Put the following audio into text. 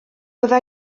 bydda